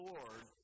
Lord